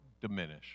diminish